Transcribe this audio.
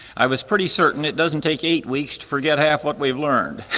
i was pretty certain it doesn't take eight weeks to forget half what we've learned.